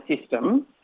system